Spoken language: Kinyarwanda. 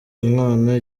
umwana